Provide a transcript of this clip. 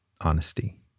honesty